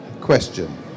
question